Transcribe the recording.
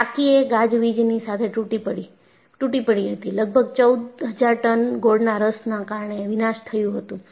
ટાંકી એ ગાજવીજની સાથે તૂટી પડી હતી લગભગ 14000 ટન ગોળના રસના કારણે વિનાશ થયું હતું